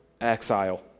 exile